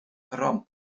ramp